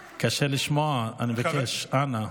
אני מבקש, אנא.